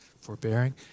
forbearing